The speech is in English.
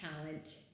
talent